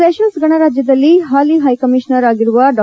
ಸೆತೆಲ್ಸ್ ಗಣರಾಜ್ಞದಲ್ಲಿ ಹಾಲಿ ಹೈಕಮಿಷನರ್ ಆಗಿರುವ ಡಾ